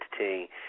identity